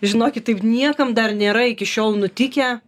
žinokit taip niekam dar nėra iki šiol nutikę